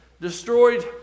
destroyed